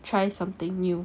try something new